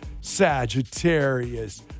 Sagittarius